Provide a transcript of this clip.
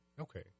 okay